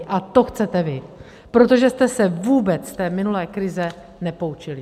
A to chcete vy, protože jste se vůbec z té minulé krize nepoučili.